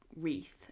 wreath